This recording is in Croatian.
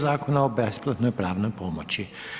Zakona o besplatnoj pravnoj pomoći.